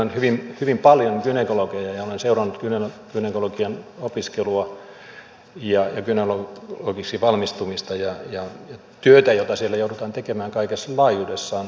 tuttavapiirissäni tunnen hyvin paljon gynekologeja ja olen seurannut gynekologian opiskelua ja gynekologiksi valmistumista ja työtä jota siellä joudutaan tekemään kaikessa laajuudessaan